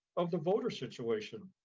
of the voter situation.